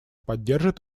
поддержит